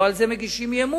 לא על זה מגישים אי-אמון.